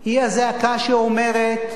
הוא הזעקה שאומרת: